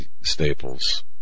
staples